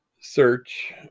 search